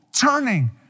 turning